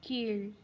கீழ்